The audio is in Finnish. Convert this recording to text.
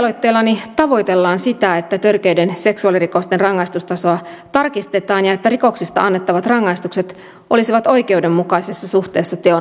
lakialoitteellani tavoitellaan sitä että törkeiden seksuaalirikosten rangaistustasoa tarkistetaan ja että rikoksista annettavat rangaistukset olisivat oikeudenmukaisessa suhteessa teon moitittavuuteen